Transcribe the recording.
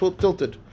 tilted